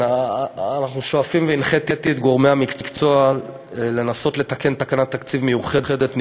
אנחנו שואפים והנחיתי את גורמי המקצוע לנסות לתקן תקנת תקציב מיוחדת,